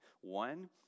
One